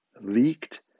leaked